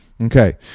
Okay